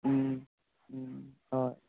ꯎꯝ ꯎꯝ ꯍꯣꯏ